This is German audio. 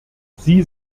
sie